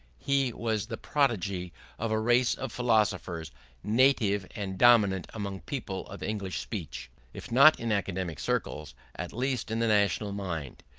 he was the prototype of a race of philosophers native and dominant among people of english speech, if not in academic circles, at least in the national mind.